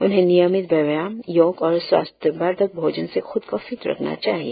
उन्हें नियमित व्यायाम योग और स्वास्थ्यवर्धन भोजन से खुद को फिट रखना चाहिए